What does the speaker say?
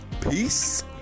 peace